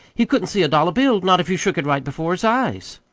he couldn't see a dollar bill not if you shook it right before his eyes.